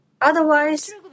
Otherwise